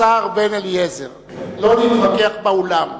לא להתווכח באולם.